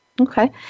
Okay